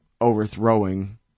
overthrowing